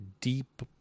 deep